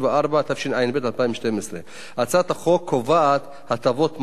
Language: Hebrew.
התשע"ב 2012. הצעת החוק קובעת הטבות מס לפי